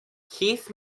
keith